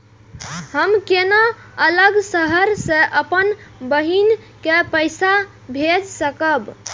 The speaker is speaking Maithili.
हम केना अलग शहर से अपन बहिन के पैसा भेज सकब?